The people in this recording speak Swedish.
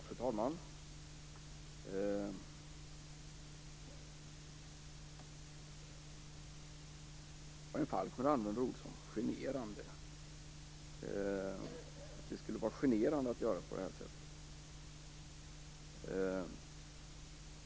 Fru talman! Karin Falkmer använder ord som "generande". Hon menar att det skulle vara generande att göra på det här sättet.